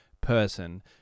person